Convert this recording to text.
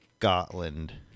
Scotland